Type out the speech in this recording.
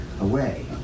away